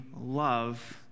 love